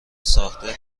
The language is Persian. ساخته